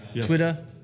Twitter